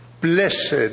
Blessed